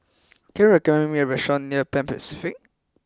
can you recommend me a restaurant near Pan Pacific